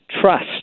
trust